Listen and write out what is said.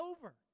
over